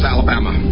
Alabama